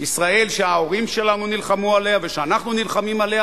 לישראל שההורים נלחמו עליה ושאנחנו נלחמים עליה